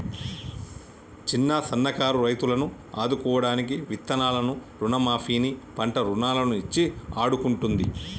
చిన్న సన్న కారు రైతులను ఆదుకోడానికి విత్తనాలను రుణ మాఫీ ని, పంట రుణాలను ఇచ్చి ఆడుకుంటుంది